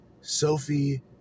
Sophie